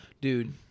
Dude